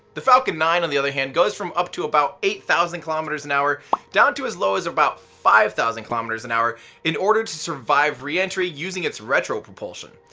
the falcon nine on the other hand goes from up to about eight thousand kilometers an hour down to as low as about five thousand kilometers an hour in order to survive reentry using its retropropulsion.